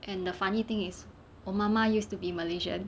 and the funny thing is 我妈妈 use to be malaysian